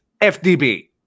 FDB